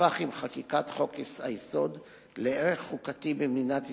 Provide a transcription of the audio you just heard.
הפך עם חקיקת חוק-היסוד לערך חוקתי במדינת ישראל,